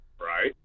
Right